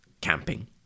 camping